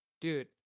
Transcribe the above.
dude